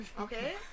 Okay